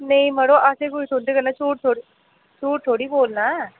नेईं मड़ो असें कोई तुं'दे कन्नै झूठ थोह्ड़ी झूठ थोह्ड़ी बोलना ऐ